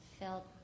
felt